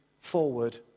forward